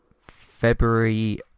February